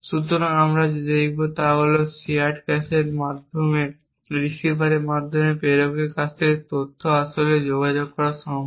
সুতরাং আমরা যা দেখাব তা হল শেয়ার্ড ক্যাশের মাধ্যমে রিসিভারের মাধ্যমে প্রেরকের কাছ থেকে তথ্য আসলে যোগাযোগ করা সম্ভব